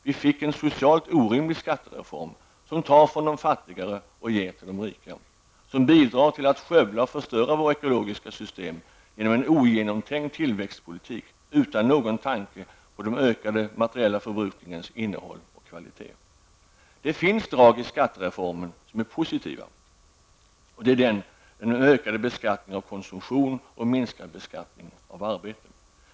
Vi fick en socialt orimlig skattereform, som tar från de fattiga och ger till de rika, som bidrar till att skövla och förstöra våra ekologiska system genom en ogenomtänkt tillväxtpolitik utan någon tanke på den ökade materiella förbrukningens innehåll eller kvalitet. Det finns drag i skattereformen som är positiva, nämligen den ökade beskattningen av konsumtion och den minskade beskattningen av arbete.